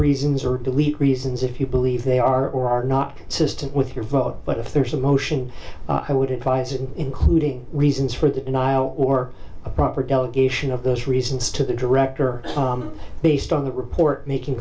reasons or delete reasons if you believe they are or are not system with your vote but if there is a motion i would advise it including reasons for the denial or a proper delegation of those reasons to the director based on the report making